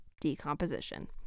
Decomposition